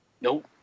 Nope